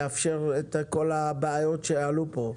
לאפשר את כל הבעיות שעלו פה?